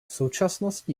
současnosti